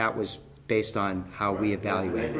that was based on how we evaluate